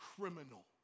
criminal